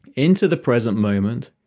into the present moment,